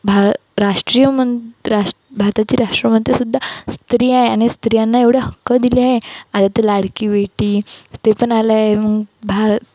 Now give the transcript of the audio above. भार राष्ट्रीय मग राष्ट्र भारताची राष्ट्रामध्येसुद्धा स्त्रिया आहे आणि स्त्रियांना एवढे हक्क दिले आहे आता तर लाडकी बेटी ते पण आलं आहे मग भारत